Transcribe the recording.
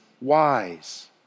wise